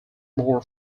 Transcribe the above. more